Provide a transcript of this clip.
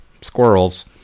Squirrels